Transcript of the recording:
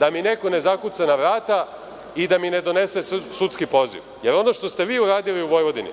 da mi neko ne zakuca na vrata i da mi ne donese sudski poziv, jer ono što ste vi uradili u Vojvodini,